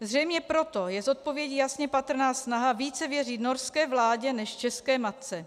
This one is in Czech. Zřejmě proto je z odpovědí jasně patrná snaha více věřit norské vládě než české matce.